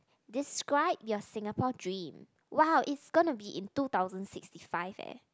describe your Singapore dream !wow! it's gonna be in two thousand sixty five eh